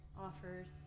offers